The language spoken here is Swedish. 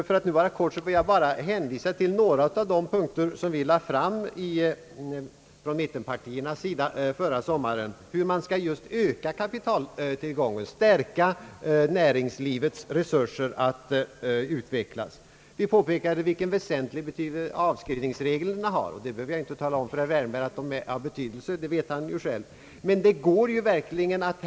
För att fatta mig kort vill jag bara hänvisa till några av de förslag som mittenpartierna lade fram förra sommaren just i syfte att öka kapitaltillgången och förbättra näringslivets utvecklingsmöjligheter. Vi framhöll den väsentliga betydelse som avskrivningsreglerna har — det behöver jag inte tala om för herr Wärnberg, som mycket väl känner till det.